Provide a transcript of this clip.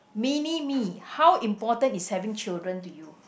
mini me how important is having children to you